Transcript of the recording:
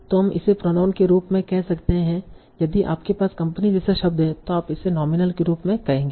तों हम इसे प्रोनाउन के रूप में कह सकते हैं यदि आपके पास कंपनी जैसा शब्द है तो आप इसे नोमिनल के रूप में कहेंगे